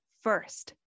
first